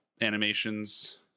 animations